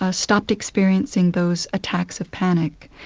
ah stopped experiencing those attacks of panic.